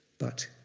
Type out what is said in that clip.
but